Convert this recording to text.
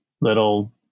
little